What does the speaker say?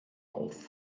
auf